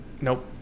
Nope